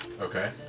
Okay